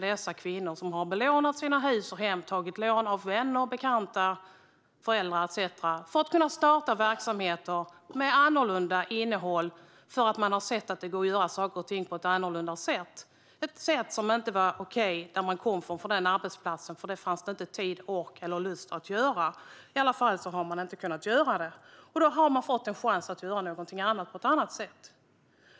Dessa kvinnor har belånat hus och hem eller tagit lån av vänner, bekanta eller föräldrar för att kunna starta verksamheter med annorlunda innehåll. De har nämligen sett att det går att göra saker och ting på ett annat sätt, som inte var okej på den arbetsplats de kom från eftersom det inte fanns tid, ork eller lust; det har i alla fall inte kunnat göras. Så har de fått en chans att göra något annat på ett annat sätt.